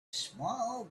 small